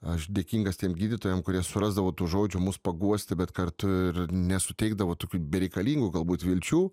aš dėkingas tiem gydytojam kurie surasdavo tų žodžių mus paguosti bet kartu ir nesuteikdavo tokių bereikalingų galbūt vilčių